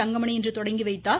தங்கமணி இன்று தொடங்கி வைத்தார்